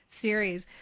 series